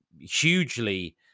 hugely